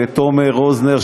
לתומר רוזנר,